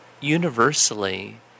universally